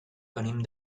venim